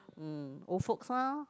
mm old folks lah